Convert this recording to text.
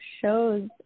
shows